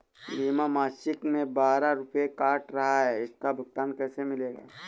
बीमा मासिक में बारह रुपय काट रहा है इसका भुगतान कैसे मिलेगा?